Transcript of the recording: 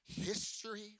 history